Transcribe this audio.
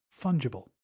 Fungible